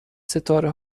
ستاره